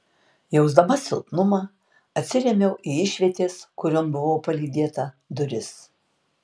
jausdama silpnumą atsirėmiau į išvietės kurion buvau palydėta duris